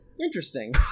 interesting